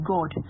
God